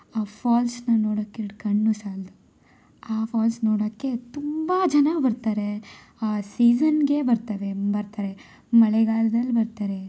ಆ ಫಾಲ್ಸನ್ನ ನೋಡಕ್ಕೆ ಎರಡು ಕಣ್ಣು ಸಾಲದು ಆ ಫಾಲ್ಸ್ ನೋಡಕ್ಕೆ ತುಂಬ ಜನ ಬರ್ತಾರೆ ಸೀಸನ್ಗೆ ಬರ್ತವೆ ಬರ್ತಾರೆ ಮಳೆಗಾಲ್ದಲ್ಲಿ ಬರ್ತಾರೆ